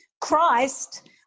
Christ